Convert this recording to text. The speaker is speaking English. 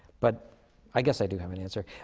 but i guess i do have an answer.